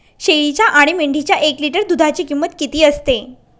शेळीच्या आणि मेंढीच्या एक लिटर दूधाची किंमत किती असते?